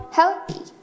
healthy